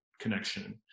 connection